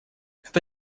это